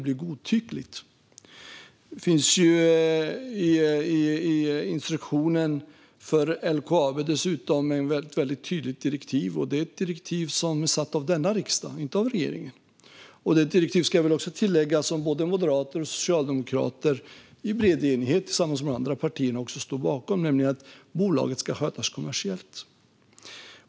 I LKAB:s instruktion finns dessutom ett väldigt tydligt direktiv, och det har riksdagen, inte regeringen, fastslagit. Det ska tilläggas att både moderater och socialdemokrater tillsammans med andra partier i bred enighet står bakom detta direktiv som går ut på att bolaget ska skötas kommersiellt.